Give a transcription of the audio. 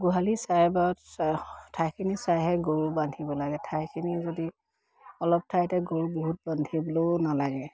গোহালি চাই ঠাইখিনি চাইহে গৰু বান্ধিব লাগে ঠাইখিনি যদি অলপ ঠাইতে গৰু বহুত বান্ধিবলৈও নালাগে